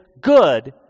good